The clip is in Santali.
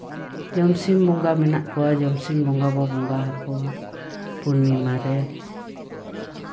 ᱡᱚᱢ ᱥᱤᱢ ᱵᱚᱸᱜᱟ ᱢᱮᱱᱟᱜ ᱠᱚᱣᱟ ᱡᱚᱢ ᱥᱤᱢ ᱵᱚᱸᱜᱟ ᱵᱚᱱ ᱵᱚᱸᱜᱟ ᱟᱠᱚᱣᱟ ᱯᱩᱨᱱᱤᱢᱟ ᱨᱮ